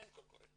אין קול קורא.